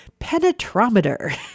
penetrometer